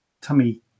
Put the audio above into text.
tummy